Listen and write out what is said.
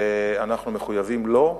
ואנחנו מחויבים לו,